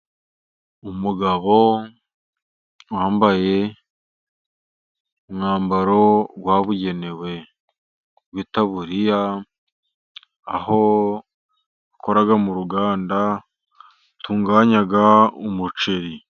Umugabo wambaye umwambaro wabugenewe w'itaburiya, aho akora mu ruganda rutunganya umuceri.